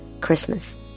Christmas